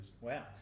Wow